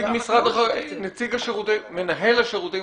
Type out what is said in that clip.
מנהל השירותים